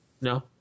No